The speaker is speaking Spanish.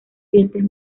dientes